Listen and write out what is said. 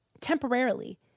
temporarily